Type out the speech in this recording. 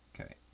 okay